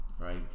right